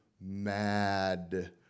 mad